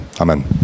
Amen